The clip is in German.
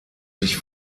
sich